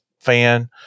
fan